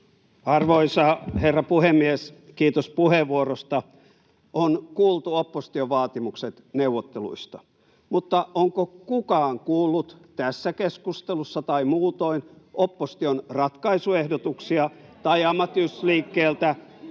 Arvoisa herra puhemies! Kiitos puheenvuorosta. — On kuultu opposition vaatimukset neuvotteluista. Mutta onko kukaan kuullut tässä keskustelussa tai muutoin oppositiolta tai ammattiyhdistysliikkeeltä